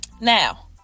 Now